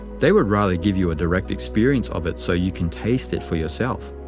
they would rather give you a direct experience of it so you can taste it for yourself.